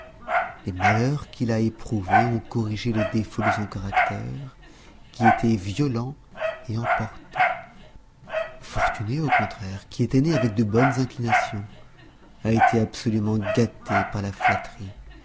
les malheurs qu'il a éprouvés ont corrigé les défauts de son caractère qui était violent et emporté fortuné au contraire qui était né avec de bonnes inclinations a été absolument gâté par la flatterie